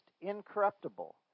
incorruptible